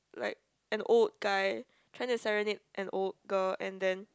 like an old guy trying to serenade an old girl and then